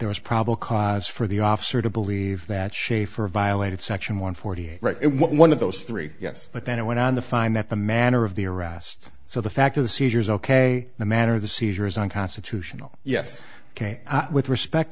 there was probable cause for the officer to believe that schaefer violated section one forty one of those three yes but then it went on the find that the manner of the arrest so the fact of the seizures ok the manner of the seizure is unconstitutional yes ok with respect